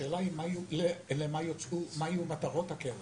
השאלה היא מה יהיו מטרות הקרן,